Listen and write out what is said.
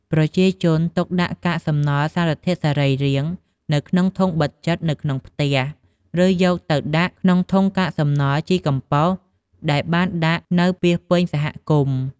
ប្រជាជនទុកដាក់កាកសំណល់សារធាតុសរីរាង្គនៅក្នុងធុងបិទជិតនៅក្នុងផ្ទះ ឬយកវាទៅដាក់ក្នុងធុងកាកសំណល់ជីកំប៉ុសដែលបានដាក់នៅពាសពេញសហគមន៍។